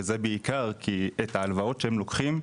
וזה בעיקר כי את ההלוואות שהם לוקחים,